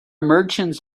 merchants